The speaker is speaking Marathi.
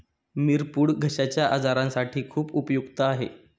मिरपूड घश्याच्या आजारासाठी खूप उपयुक्त आहे